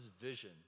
vision